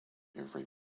every